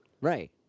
Right